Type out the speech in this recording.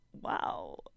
Wow